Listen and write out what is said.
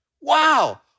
wow